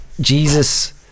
Jesus